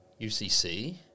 UCC